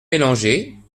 mélanger